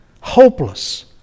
hopeless